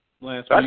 last